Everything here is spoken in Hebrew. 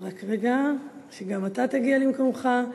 רק רגע, שגם אתה תגיע למקומך.